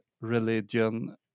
religion